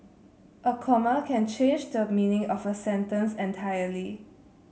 a comma can change the meaning of a sentence entirely